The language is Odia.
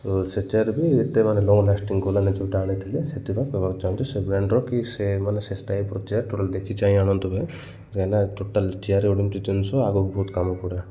ତ ସେ ଚେୟାର ବି ଏତେ ମାନେ ଲଙ୍ଗ ଲାଷ୍ଟିଙ୍ଗ ଗଲାନି ଯେଉଁଟା ଆଣିଥିଲି ସେପାଇଁ କହିବାକୁ ଚାହୁଁଛି ସେ ବ୍ରାଣ୍ଡର କି ସେ ମାନେ ସେ ଟାଇପର ଚେୟାର ଟୋଟାଲ ଦେଖି ଚାହିଁ ଆଣନ୍ତୁ ଭାଇ କାହିଁକିନା ଟୋଟାଲ ଚେୟାର ଏମିତି ଜିନିଷ ଆଗକୁ ବହୁତ କାମ ପଡ଼େ